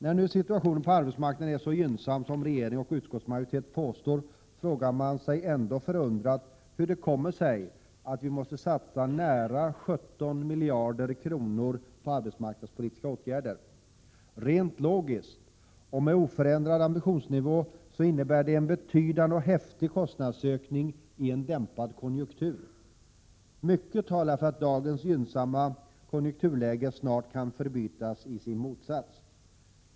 När nu situationen på arbetsmarknaden är så gynnsam som regeringenoch = Prot. 1987/88:99 utskottsmajoriteten påstår, frågar man sig ändå förundrat hur det kommer 13 april 1988 sig att vi måste satsa nära 17 miljarder kronor på arbetsmarknadspolitiska åtgärder. Rent logiskt och med oförändrad ambitionsnivå innebär detta en betydande och häftig kostnadsökning i en dämpad konjunktur. Mycket talar för att dagens gynnsamma konjunkturläge snart kan förbytas i sin motsats.